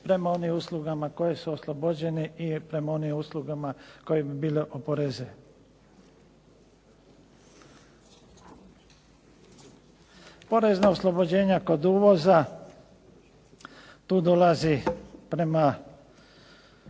prema onim uslugama koje su oslobođene i prema onim uslugama koje bi bile oporezive. Porezna oslobođenja kod uvoza, tu dolazi prema